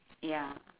ya